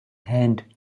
hand